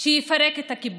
שיפרק את הכיבוש,